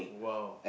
!wow!